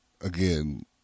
again